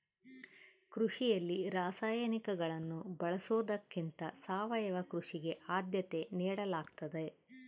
ಕೃಷಿಯಲ್ಲಿ ರಾಸಾಯನಿಕಗಳನ್ನು ಬಳಸೊದಕ್ಕಿಂತ ಸಾವಯವ ಕೃಷಿಗೆ ಆದ್ಯತೆ ನೇಡಲಾಗ್ತದ